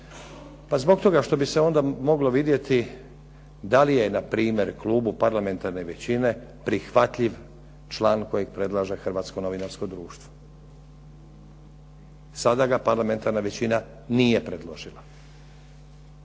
Pa zbog toga što bi se onda moglo vidjeti da li je npr. klubu parlamentarne većine prihvatljiv član kojeg predlaže Hrvatsko novinarsko društvo. Sada ga parlamentarna većina nije predložila.